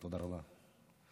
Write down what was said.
תודה רבה.